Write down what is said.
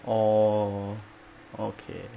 orh okay